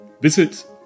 visit